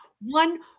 One